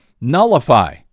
nullify